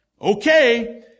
Okay